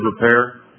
repair